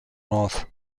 north